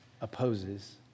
opposes